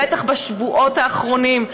בטח בשבועות האחרונים,